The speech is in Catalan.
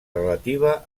relativa